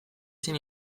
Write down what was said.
zen